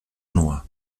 nua